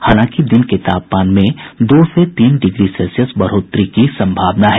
हालांकि दिन के तापमान में दो से तीन डिग्री सेल्सियस बढ़ोतरी की सम्भावना है